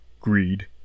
Greed